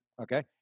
Okay